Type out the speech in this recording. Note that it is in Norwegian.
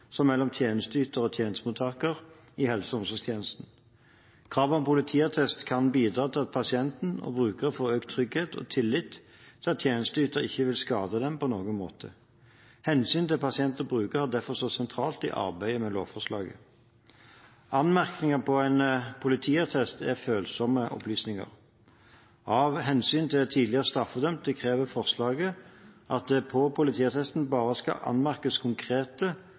som mellom tjenesteyter og tjenestemottaker i helse- og omsorgstjenesten. Krav om politiattest kan bidra til at pasienter og brukere får økt trygghet og tillit til at tjenesteyter ikke vil skade dem på noen måte. Hensynet til pasienter og brukere har derfor stått sentralt i arbeidet med lovforslaget. Anmerkninger på en politiattest er følsomme opplysninger. Av hensyn til tidligere straffedømte krever forslaget at det på politiattesten bare skal anmerkes konkret